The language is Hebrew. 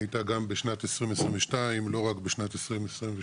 היא הייתה גם בשנת 2022 לא רק בשנת 2023,